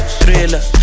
thriller